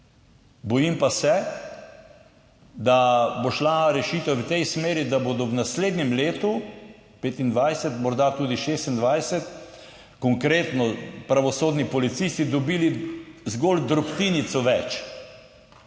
bojim pa se, da bo šla rešitev v tej smeri, da bodo v naslednjem letu, 2025, morda tudi 26, konkretno, pravosodni policisti dobili zgolj drobtinico več,